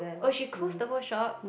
oh she closed the whole shop